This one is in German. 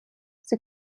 sie